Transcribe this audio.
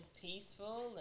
peaceful